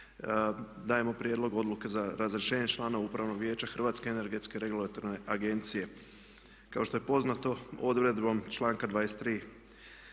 Dajemo Prijedlog Odluke za razrješenje člana Upravnog vijeća Hrvatske energetske regulatorne agencije. Kao što je poznato odredbom članka 23.